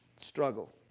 struggle